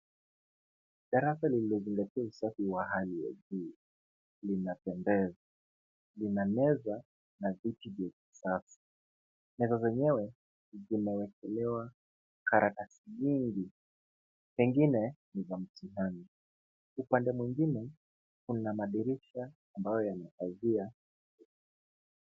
Darasa lililozingatia usafi wa hali ya juu linapendeza. Lina meza na viti vya kisasa. Meza zenyewe zimewekelewa karatasi nyingi, pengine ni za mtihani. Upande mwingine kuna madirisha ambayo yanasaidia.